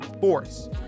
force